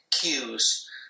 cues